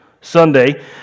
Sunday